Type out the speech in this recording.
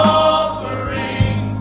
offering